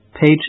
page